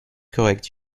correct